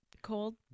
cold